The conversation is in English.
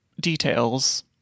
details